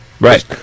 Right